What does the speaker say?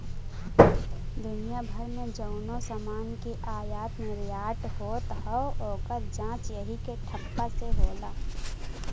दुनिया भर मे जउनो समान के आयात निर्याट होत हौ, ओकर जांच यही के ठप्पा से होला